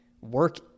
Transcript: work